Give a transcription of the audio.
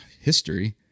history